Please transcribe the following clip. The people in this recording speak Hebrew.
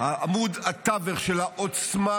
עמוד התווך של העוצמה,